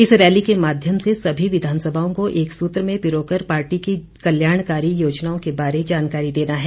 इस रैली के माध्यम से सभी विधानसभाओं को एक सूत्र में पिरोकर पार्टी के कल्याणकारी योजनाओं के बारे जानकारी देना है